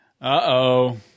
Uh-oh